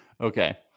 Okay